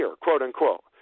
quote-unquote